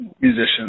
musicians